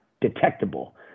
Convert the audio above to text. detectable